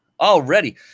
already